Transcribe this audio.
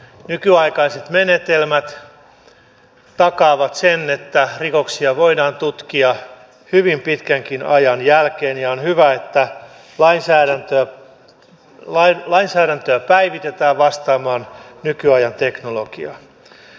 nykyaikaiset menetelmät takaavat sen että rikoksia voidaan tutkia hyvin pitkänkin ajan jälkeen ja on hyvä että lainsäädäntöä päivitetään vastaamaan nykyajan teknologiaa